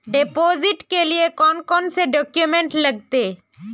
Deposit के लिए कौन कौन से डॉक्यूमेंट लगते?